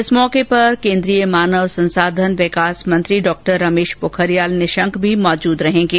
इस मौके पर केंद्रीय मानव संसाधन विकास मंत्री डॉ रमेश पोखरियाल निशंक भी मौजूद रहेंगे